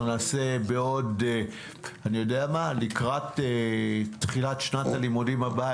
אני נעשה לקראת תחילת שנת הלימודים הבאה,